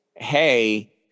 Hey